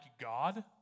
God